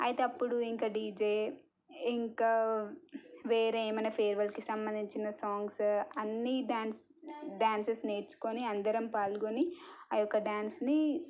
అయితే అప్పుడు ఇంకా డీజే ఇంకా వేరే ఏమైనా ఫేర్వెల్కి సంబంధించిన సాంగ్స్ అన్నీ డ్యాన్స్ డ్యాన్సెస్ నేర్చుకొని అందరం పాల్గొని ఆయొక్క డ్యాన్స్ని